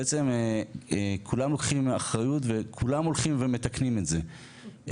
כולם לוקחים אחריות וכולם הולכים ומתקנים את זה.